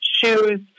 shoes